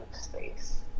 space